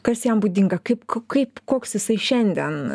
kas jam būdinga kaip ko kaip koks jisai šiandien